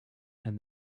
and